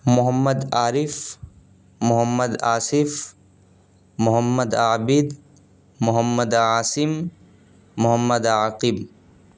Muhammad Arif Muhammad Asif Muhammad Abid Muhammad Asim Muhammad Aqib